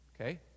Okay